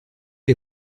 les